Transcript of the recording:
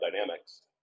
dynamics